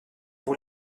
pour